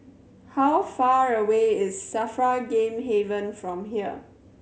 how far away is SAFRA Game Haven from here